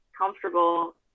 comfortable